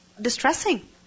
distressing